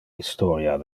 historia